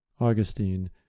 Augustine